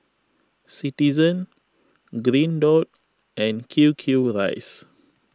Citizen Green Dot and Q Q Rice